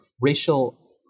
racial